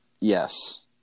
Yes